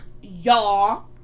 y'all